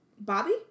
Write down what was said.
Bobby